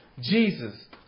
Jesus